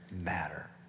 matter